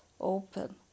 open